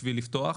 כדי לפתוח,